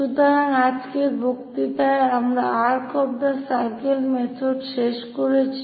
সুতরাং আজকের বক্তৃতায় আমরা arc of the circle method শেষ করেছি